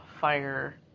fire